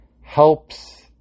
helps